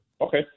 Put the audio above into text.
Okay